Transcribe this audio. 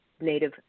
native